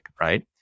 Right